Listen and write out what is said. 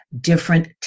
different